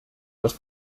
les